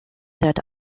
that